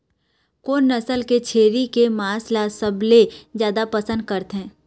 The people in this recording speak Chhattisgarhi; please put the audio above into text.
कोन नसल के छेरी के मांस ला सबले जादा पसंद करथे?